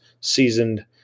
seasoned